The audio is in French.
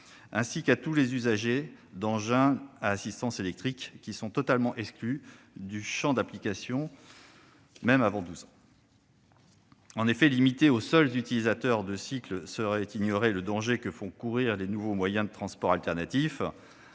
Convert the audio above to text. ainsi qu'à tous les usagers d'engins à assistance électrique, qui sont totalement exclus du champ d'application de l'obligation, même avant 12 ans. En effet, limiter le port du casque aux seuls utilisateurs de cycles, ce serait ignorer le danger que font courir les nouveaux moyens de transport alternatifs.